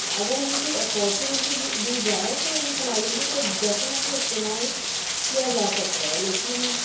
اگر انھیں کوئی اپارچونیٹی دی دی جائے تو اِن صلاحیتوں کو ڈیفینیٹلی استعمال کیا جا سکتا ہے لیکن